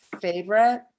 favorite